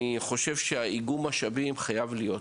אני חושב שאיגום משאבים הוא מתבקש.